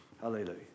Hallelujah